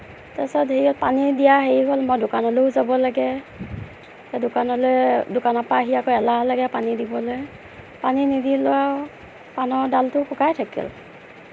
তাৰপিছত সেই পানী দিয়া হেৰি হ'ল মই দোকানলৈও যাব লাগে দোকানলৈ দোকানৰ পৰা আহি আকৌ এলাহ লাগে পানী দিবলে পানী নিদিলেো আৰু পাণৰ ডালটো শুকাই থাকিল